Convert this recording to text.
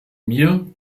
mir